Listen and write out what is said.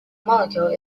molecule